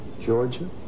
Georgia